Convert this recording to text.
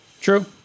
true